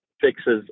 fixes